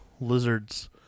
lizards